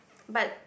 but